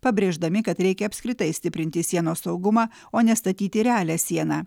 pabrėždami kad reikia apskritai stiprinti sienos saugumą o ne statyti realią sieną